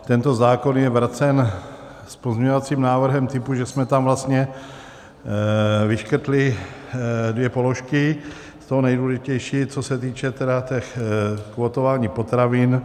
Tento zákon je vracen s pozměňovacím návrhem typu, že jsme tam vlastně vyškrtli dvě položky, to nejdůležitější, co se týče kvótování potravin.